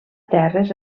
terres